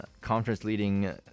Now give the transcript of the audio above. conference-leading